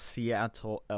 Seattle